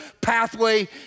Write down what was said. Pathway